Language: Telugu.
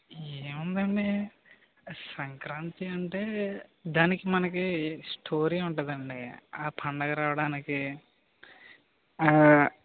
ఏముందండీ సంక్రాంతి అంటే దానికి మనకి స్టోరీ ఉంటుందండీ ఆ పండుగ రావడానికి